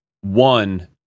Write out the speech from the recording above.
one